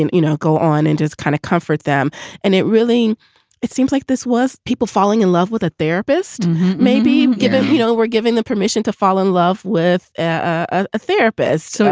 you know, go on and just kind of comfort them and it really it seems like this was people falling in love with a therapist maybe given, you know, we're giving them permission to fall in love with a therapist. so